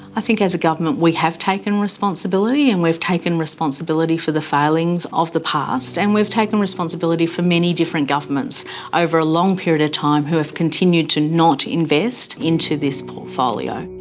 i think as a government we have taken responsibility, and we've taken responsibility for the failings of the past, and we've taken responsibility for many different governments over a long period of time who have continued to not invest into this portfolio.